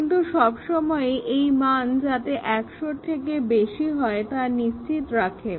কিন্তু সবসময়ই এইমান যাতে 100 থেকে বেশি হয় তা নিশ্চিত রাখে